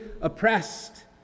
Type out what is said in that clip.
oppressed